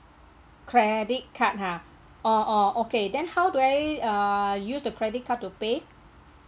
credit card ha oh oh okay then how do I uh use the credit card to pay